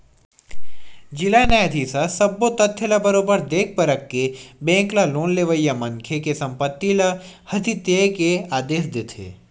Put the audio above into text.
जिला न्यायधीस ह सब्बो तथ्य ल बरोबर देख परख के बेंक ल लोन लेवइया मनखे के संपत्ति ल हथितेये के आदेश देथे